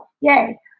yay